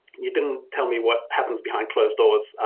you didn't tell me what happens behind closed doors,